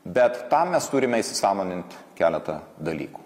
bet tam mes turime įsisąmonint keletą dalykų